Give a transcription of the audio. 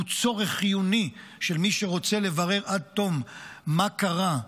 היא צורך חיוני של מי שרוצה לברר עד תום מה קרה,